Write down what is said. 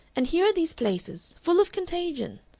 and here are these places, full of contagion!